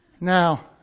now